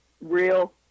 real